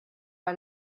pas